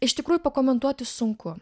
iš tikrųjų pakomentuoti sunku